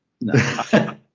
no